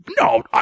No